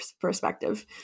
perspective